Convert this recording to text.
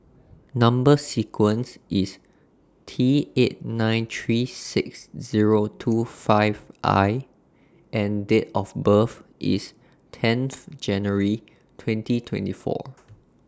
Number sequence IS T eight nine three six Zero two five I and Date of birth IS tenth January twenty twenty four